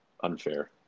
unfair